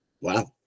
wow